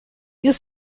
ils